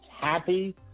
happy